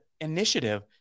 initiative